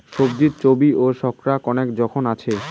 সবজিত চর্বি ও শর্করা কণেক জোখন আছে